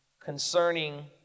concerning